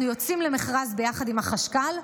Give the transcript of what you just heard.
אנחנו יוצאים למכרז יחד עם החשכ"ל,